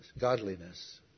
godliness